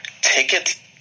Tickets